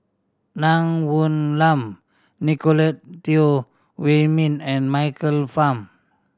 Nun Woon Lam Nicolette Teo Wei Min and Michael Fam